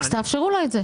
אז תאפשרו לו את זה.